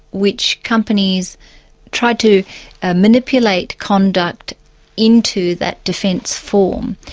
which companies tried to ah manipulate conduct into that defence form,